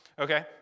Okay